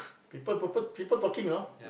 people p~ people talking you know